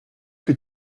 que